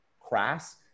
crass